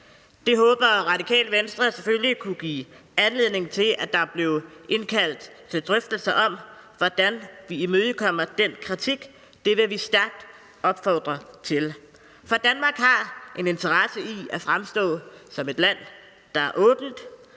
Det håber Det Radikale Venstre selvfølgelig at det kunne anledning til indkaldelse til drøftelser om, altså hvordan vi imødekommer den kritik, og det vil vi stærkt opfordre til. Danmark har en interesse i at fremstå som et land, der er åbent,